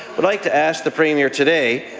i'd like to ask the premier today,